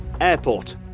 Airport